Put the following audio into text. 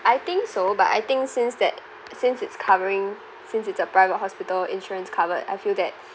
I think so but I think since that since it's covering since it's a private hospital insurance covered I feel that